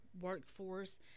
workforce